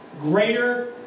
greater